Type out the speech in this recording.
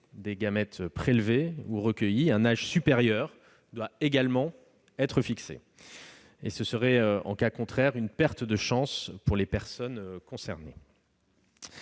des gamètes prélevés ou recueillis, un âge supérieur doit également être fixé. À défaut, ce serait une perte de chance pour les personnes concernées.